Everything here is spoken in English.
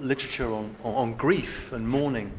literature on on grief and mourning,